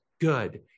good